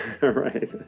right